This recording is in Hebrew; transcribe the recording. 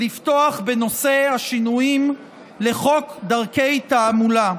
לפתוח בנושא השינויים לחוק דרכי תעמולה.